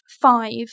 five